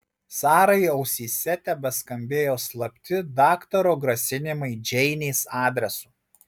sarai ausyse tebeskambėjo slapti daktaro grasinimai džeinės adresu